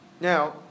Now